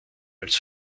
als